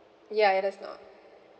yeah it is not